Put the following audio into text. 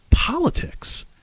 politics